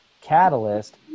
catalyst